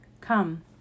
come